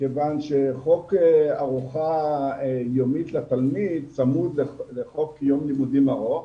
כיון שחוק ארוחה יומית לתלמיד צמוד לחוק יום לימודים ארוך